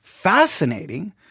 fascinating